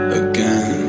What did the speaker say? again